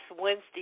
Wednesday